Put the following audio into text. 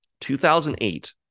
2008